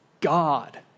God